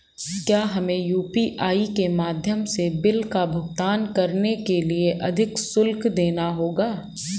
क्या हमें यू.पी.आई के माध्यम से बिल का भुगतान करने के लिए अधिक शुल्क देना होगा?